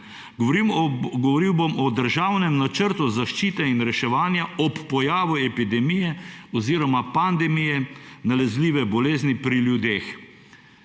Govoril bom o Državnem načrtu zaščite in reševanja ob pojavu epidemije oziroma pandemije nalezljive bolezni pri ljudeh.